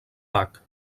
bac